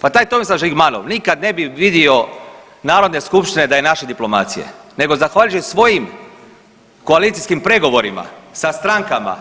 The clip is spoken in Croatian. Pa taj Tomislav Žigmanov nikad ne bi vidio narodne skupštine da je naše diplomacije, nego zahvaljujući svojim koalicijskim pregovorima sa strankama